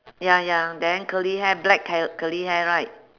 ya ya then curly hair black col~ curly hair right